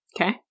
Okay